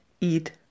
Eat